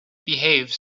behaves